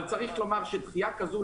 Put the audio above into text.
אבל צריך לומר שדחייה כזו,